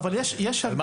לא, אבל יש הגדרה.